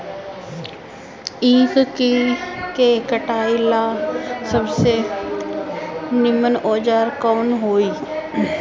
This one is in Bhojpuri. ईख के कटाई ला सबसे नीमन औजार कवन होई?